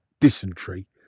dysentery